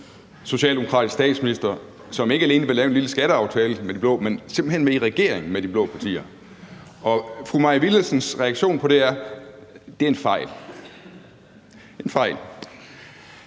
socialdemokratisk statsminister, som ikke alene vil lave en lille skatteaftale med de blå, men simpelt hen også vil i regering med de blå partier, og fru Maj Villadsens reaktion på det er: Det er en fejl. Skal